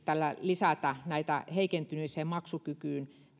tällä erityisesti lisätä heikentyneen maksukyvyn